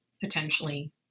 potentially